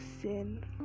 sin